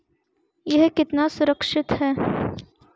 यह कितना सुरक्षित है?